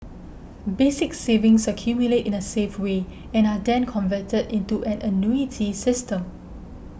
basic savings accumulate in a safe way and are then converted into an annuity system